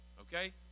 okay